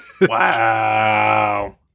Wow